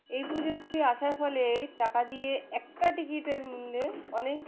এই প্রযুক্তি আসার ফলে এই টাকা দিয়ে একটা টিকিটের মূল্যে অনেক